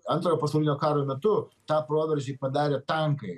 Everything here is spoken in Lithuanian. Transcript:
antrojo pasaulinio karo metu tą proveržį padarė tankai